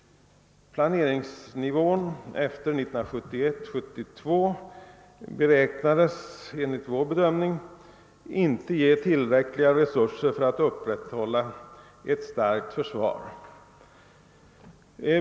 Planeringsnivån efter 1971/72 beräknades enligt vår bedömning inte ge tillräckliga resurser för att upprätthålla ett starkt försvar.